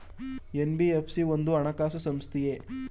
NBFC ಒಂದು ಹಣಕಾಸು ಸಂಸ್ಥೆಯೇ?